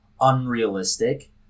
unrealistic